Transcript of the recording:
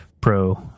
pro